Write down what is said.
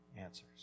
answers